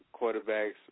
quarterbacks